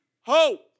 hope